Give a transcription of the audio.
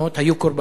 היו קורבנות.